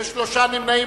ונמנעים,